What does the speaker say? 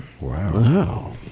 Wow